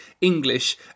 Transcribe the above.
English